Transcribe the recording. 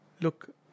look